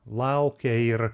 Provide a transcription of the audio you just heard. laukia ir